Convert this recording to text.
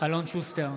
אלון שוסטר,